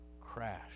crash